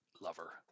lover